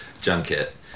junket